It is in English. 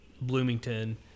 Bloomington